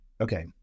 Okay